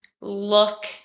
look